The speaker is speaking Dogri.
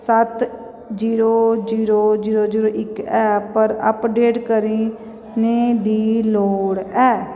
सत्त जीरो जीरो जीरो जीरो इक ऐ पर अपडेट करी ने दी लोड़ ऐ